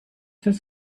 this